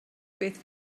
beth